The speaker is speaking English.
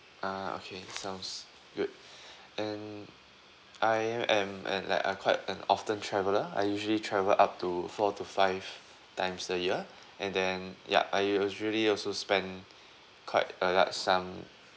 ah okay sounds good and I am an like I'm quite an often traveller I usually travel up to four to five times a year and then yup I usually also spend quite like quite some